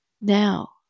now